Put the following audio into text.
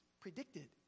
predicted